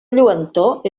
lluentor